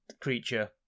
creature